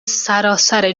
سراسر